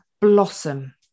blossom